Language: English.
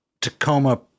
Tacoma